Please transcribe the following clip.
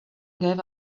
gave